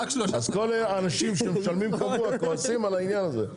אז כל האנשים שמשלמים קבוע כועסים על הענין הזה,